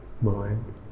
mind